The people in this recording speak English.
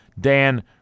Dan